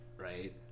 Right